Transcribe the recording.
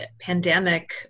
pandemic